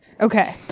Okay